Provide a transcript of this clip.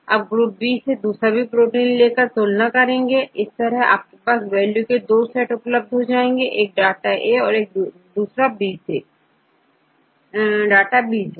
अब ग्रुपबी से सभी प्रोटीन लेकर तुलना करेंगे इस तरह आपके पास वैल्यू के दो सेट उपलब्ध होंगे एक डाटा ए से और दूसरा बी से